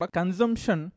consumption